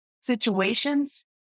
situations